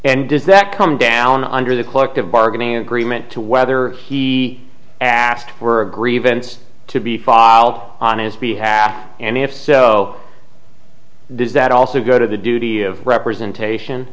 and does that come down under the cloak of bargaining agreement to whether he asked for a grievance to be filed honest be happy and if so does that also go to the duty of representation